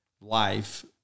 life